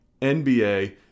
NBA